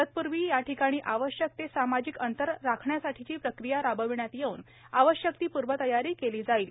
तत्पूर्वी याठिकाणी आवश्यक ते सामाजिक अंतर राखण्यासाठीची प्रक्रिया राबविण्यात येऊन आवश्यक ती पूर्वतयारी केली जाईल